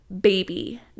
baby